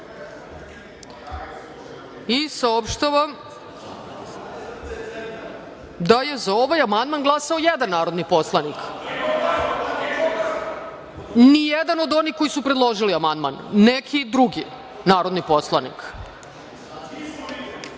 i saopštavam da je za ovaj amandman je glasao jedan poslanik, nijedan od onih koji su predložili amandman, neki drugi narodni poslanik,